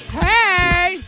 hey